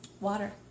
water